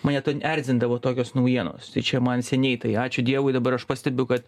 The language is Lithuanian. mane ten erzindavo tokios naujienos tai čia man seniai tai ačiū dievui dabar aš pastebiu kad